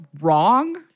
wrong